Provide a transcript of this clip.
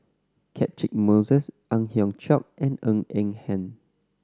Catchick Moses Ang Hiong Chiok and Ng Eng Hen